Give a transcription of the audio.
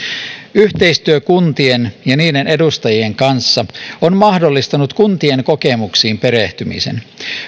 yhteistyö kuntien ja niiden edustajien kanssa on mahdollistanut kuntien kokemuksiin perehtymisen